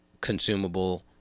consumable